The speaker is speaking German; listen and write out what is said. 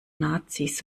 nazis